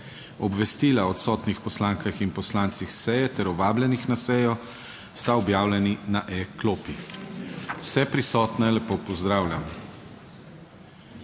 Obvestila o odsotnih poslankah in poslancih seje ter o vabljenih na sejo sta objavljeni na e-klopi. Vse prisotne lepo pozdravljam